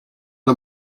the